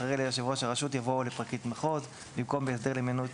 אחרי "ליושב ראש הרשות" יבוא "או לפרקליט מחוז" במקום "בהסדר להימנעות